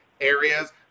areas